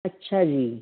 ਅੱਛਾ ਜੀ